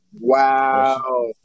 Wow